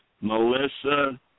Melissa